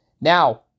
Now